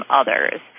others